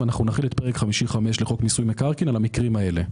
נחיל את פרק 55 לחוק מיסוי מקרקעין על המקרים האלה.